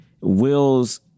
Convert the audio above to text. Will's